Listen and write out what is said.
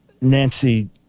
Nancy